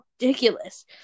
ridiculous